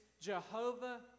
Jehovah